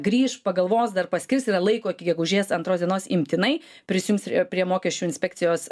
grįš pagalvos dar paskirs yra laiko iki gegužės antros dienos imtinai prisijungs prie mokesčių inspekcijos